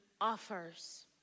offers